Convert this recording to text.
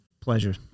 pleasure